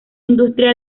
industria